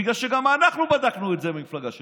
בגלל שגם אנחנו בדקנו את זה, במפלגה שלנו.